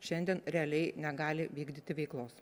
šiandien realiai negali vykdyti veiklos